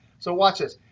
so watch this.